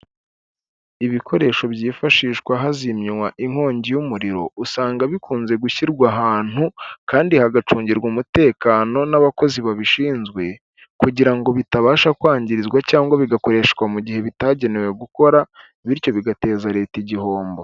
Ibikoresho byifashishwa hazimywa inkongi y'umuriro usanga bikunze gushyirwa ahantu kandi hagacungirwa umutekano n'abakozi babishinzwe, kugira ngo bitabasha kwangizwa cyangwa bigakoreshwa mu gihe bitagenewe gukora bityo bigateza leta igihombo.